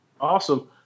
Awesome